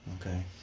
Okay